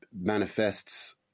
manifests